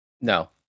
no